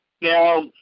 Now